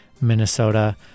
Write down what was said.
Minnesota